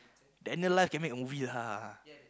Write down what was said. Daniel life can make a movie lah